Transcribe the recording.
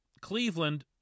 Cleveland